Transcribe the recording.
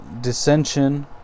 dissension